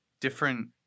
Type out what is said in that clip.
different